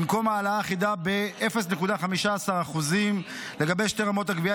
במקום העלאה אחידה ב-0.15% לגבי שתי רמות הגבייה,